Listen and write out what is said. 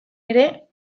ere